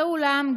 ואולם,